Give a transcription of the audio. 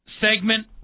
segment